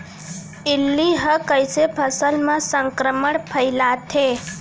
इल्ली ह कइसे फसल म संक्रमण फइलाथे?